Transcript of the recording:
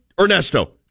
ernesto